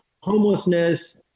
homelessness